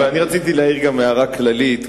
רציתי להעיר גם הערה כללית,